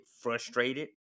frustrated